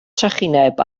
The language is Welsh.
trychineb